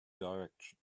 direction